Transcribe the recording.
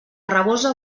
rabosa